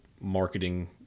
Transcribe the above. marketing